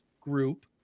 group